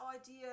idea